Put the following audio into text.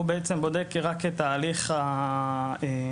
הוא בודק רק את ההליך הפרוצדורלי,